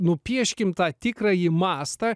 nupieškim tą tikrąjį mastą